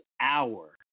hour